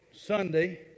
Sunday